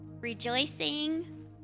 Rejoicing